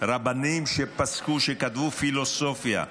רבנים שפסקו, שכתבו פילוסופיה.